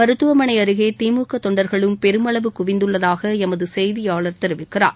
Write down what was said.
மருத்துவமனை அருகே திமுக தொண்டர்களும் பெருமளவு குவிந்துள்ளதாக எமது செய்தியாளர் தெரிவிக்கிறார்